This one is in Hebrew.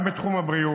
גם בתחום הבריאות,